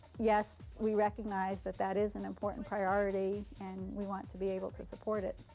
yes, we recognize that that is an important priority, and we want to be able to support it.